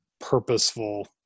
purposeful